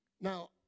Now